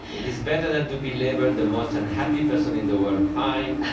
it is better than to be labeled the most unhappy person in the world, fine.